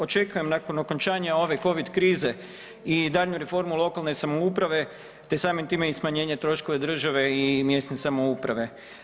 Očekujem nakon okončanja ove covid krize i daljnju reformu lokalne samouprave te samim time i smanjenje troškova države i mjesne samouprave.